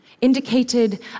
indicated